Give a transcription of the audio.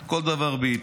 כל דבר בעיתו.